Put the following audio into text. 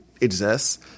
exists